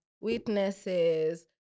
witnesses